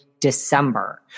December